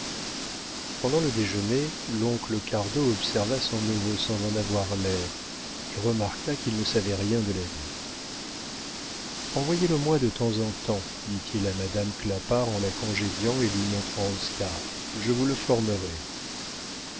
pendant le déjeuner l'oncle cardot observa son neveu sans en avoir l'air et remarqua qu'il ne savait rien de la vie envoyez le moi de temps en temps dit-il à madame clapart en la congédiant et lui montrant oscar je vous le